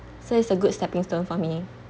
so it's a good stepping stone for me